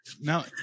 No